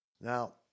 Now